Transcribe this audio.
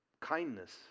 kindness